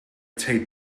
tape